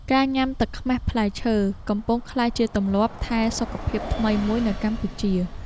ការញ៉ាំទឹកខ្មេះផ្លែឈើ កំពុងក្លាយជាទម្លាប់ថែសុខភាពថ្មីមួយនៅកម្ពុជា។